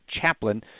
chaplain